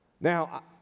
Now